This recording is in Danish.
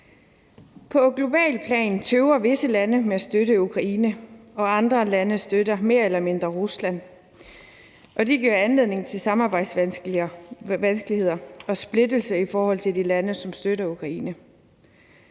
På globalt plan tøver visse lande med at støtte Ukraine, og andre lande støtter mere eller mindre Rusland, og det giver anledning til samarbejdsvanskeligheder og splittelse i forhold til de lande, som støtter Ukraine.